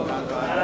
34